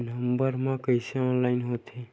Number मा कइसे online होथे?